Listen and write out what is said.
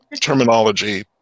terminology